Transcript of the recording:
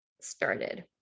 started